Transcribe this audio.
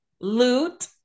Loot